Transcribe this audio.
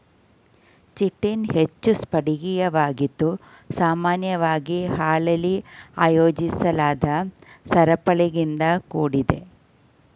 chitin ಹೆಚ್ಚು ಸ್ಫಟಿಕೀಯವಾಗಿದ್ದು ಸಾಮಾನ್ಯವಾಗಿ ಹಾಳೆಲಿ ಆಯೋಜಿಸಲಾದ ಸರಪಳಿಗಳಿಂದ ಕೂಡಿದೆ